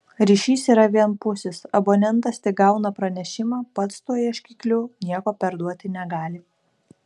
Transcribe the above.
ryšys yra vienpusis abonentas tik gauna pranešimą pats tuo ieškikliu nieko perduoti negali